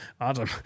Adam